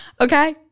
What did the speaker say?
Okay